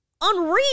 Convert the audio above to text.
unreal